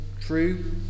true